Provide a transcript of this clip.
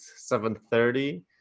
7.30